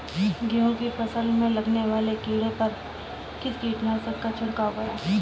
गेहूँ की फसल में लगने वाले कीड़े पर किस कीटनाशक का छिड़काव करें?